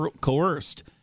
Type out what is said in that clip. coerced